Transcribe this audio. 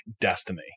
destiny